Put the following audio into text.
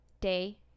day